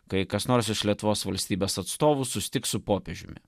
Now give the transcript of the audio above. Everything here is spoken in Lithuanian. kai kas nors iš lietuvos valstybės atstovų susitiks su popiežiumi